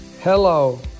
Hello